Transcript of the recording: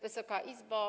Wysoka Izbo!